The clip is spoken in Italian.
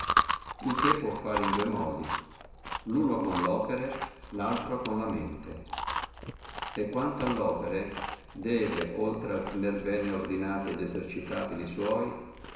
il che può fare in dua modi luno con le opere laltro con la mente e quanto alle opere oltre al tenere bene ordinati et esercitati li sua